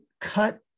cut